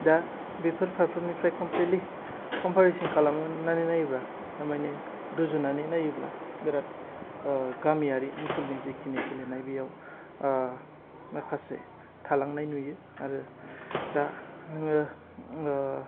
दा बेफोर फारफ्रोमनिफ्राइ खमफ्लिदलि खमफारिसन खालामनानै नायोब्ला थारमानि रुजुनानै नायोब्ला बिराद गामिआरि ओनसोलनि जेखिनि गेलेनाय बेव माखासे थालांनाय नुयो आरो दा नोङो